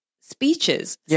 speeches